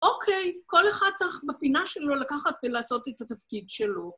אוקיי, כל אחד צריך בפינה שלו לקחת ולעשות את התפקיד שלו.